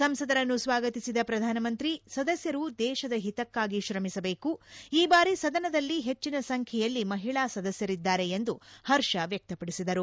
ಸಂಸದರನ್ನು ಸ್ವಾಗತಿಸಿದ ಪ್ರಧಾನಮಂತ್ರಿ ಸದಸ್ಯರು ದೇಶದ ಹಿತಕ್ಕಾಗಿ ಶ್ರಮಿಸಬೇಕು ಈ ಬಾರಿ ಸದನದಲ್ಲಿ ಹೆಚ್ಚಿನ ಸಂಖ್ಯೆಯಲ್ಲಿ ಮಹಳಾ ಸದಸ್ಯರಿದ್ದಾರೆ ಎಂದು ಹರ್ಷ ವ್ಯಕ್ತಪಡಿಸಿದರು